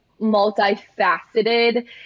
multifaceted